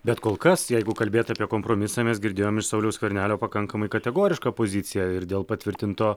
bet kol kas jeigu kalbėt apie kompromisą mes girdėjom iš sauliaus skvernelio pakankamai kategorišką poziciją ir dėl patvirtinto